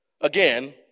again